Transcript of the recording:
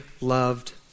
loved